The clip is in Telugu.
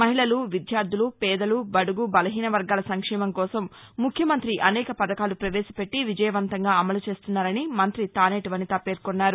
మహిళలు విద్యార్దలు పేదలు బడుగు బలహీన వర్గాల సంక్షేమం కోసం ముఖ్యమంత్రి అనేక పధకాలు పవేశపెట్టి విజయవంతంగా అమలు చేస్తున్నారని మంత్రి తానేటి వనిత పేర్కొన్నారు